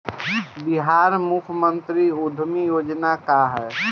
बिहार मुख्यमंत्री उद्यमी योजना का है?